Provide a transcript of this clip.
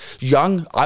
young